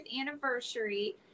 anniversary